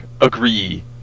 agree